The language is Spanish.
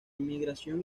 inmigración